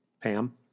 Pam